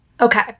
Okay